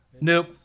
nope